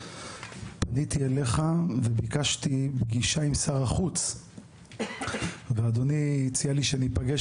פניתי אליך וביקשתי פגישה עם שר החוץ ואדוני הציע לי שניפגש